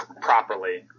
properly